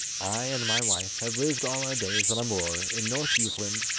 i and my wife have lived all our days on a moor in north jutland,